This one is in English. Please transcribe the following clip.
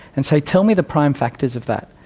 and say, tell me the prime factors of that,